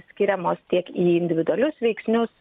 skiriamos tiek į individualius veiksnius